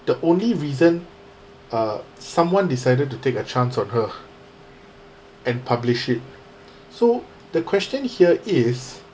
the only reason uh someone decided to take a chance on her and publish it so the question here is